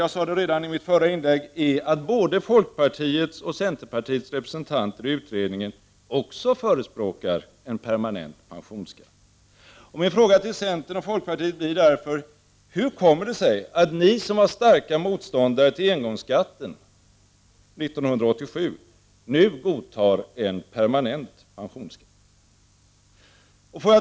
Jag sade redan i mitt förra inlägg att det som förvånar är att både folkpartiets och centerns representanter i utredningen också förespråkar en permanent pensionsskatt. Min fråga till centern och folkpartiet blir därför: Hur kommer det sig att ni som var starka motståndare till engångsskatten 1987 nu godtar en permanent pensionsskatt?